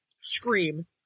scream